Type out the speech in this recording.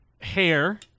Hair